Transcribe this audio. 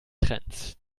trends